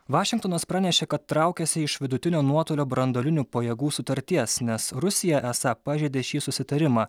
vašingtonas pranešė kad traukiasi iš vidutinio nuotolio branduolinių pajėgų sutarties nes rusija esą pažeidė šį susitarimą